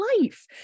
life